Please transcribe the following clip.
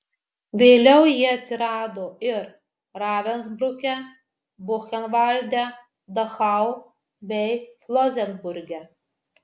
vėliau jie atsirado ir ravensbruke buchenvalde dachau bei flosenburge